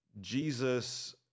Jesus